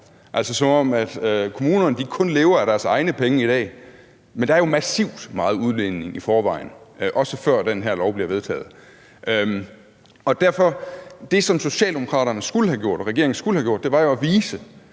altså som om kommunerne i dag kun lever af deres egne penge. Men der er jo massivt meget udligning i forvejen, også før det her lovforslag bliver vedtaget. Det, som Socialdemokraterne skulle have gjort, som regeringen skulle have gjort, var jo at vise,